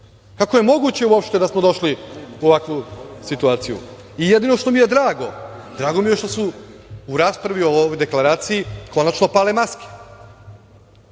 je moguće da smo došli u ovakvu situaciju i jedino što mi je drago, drago mi je što smo u raspravi o ovoj deklaraciji konačno pale maske.